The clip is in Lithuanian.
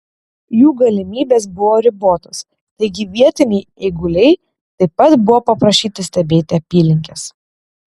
jų galimybės buvo ribotos taigi vietiniai eiguliai taip pat buvo paprašyti stebėti apylinkes